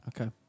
Okay